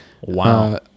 Wow